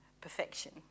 perfection